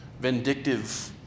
vindictive